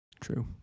True